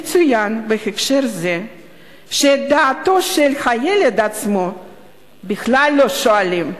יצוין בהקשר זה שאת דעתו של הילד עצמו בכלל לא שואלים.